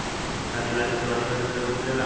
का दिवाली का त्योहारी बदे भी लोन मिलेला?